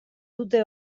dute